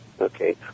okay